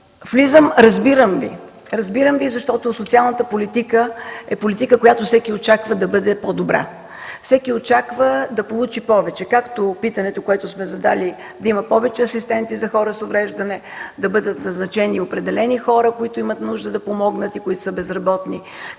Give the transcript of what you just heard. Разбирам Ви, защото социалната политика е политика, която всеки очаква да бъде по-добра. Всеки очаква да получи повече – както в питането, което сме задали да има повече асистенти за хора с увреждане; да бъдат назначени определени хора, които имат нужда да помогнат и които са безработни;